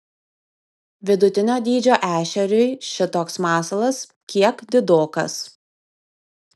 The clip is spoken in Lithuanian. vidutinio dydžio ešeriui šitoks masalas kiek didokas